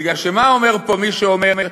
מפני שמה אומר פה מי שאומר: